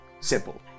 simple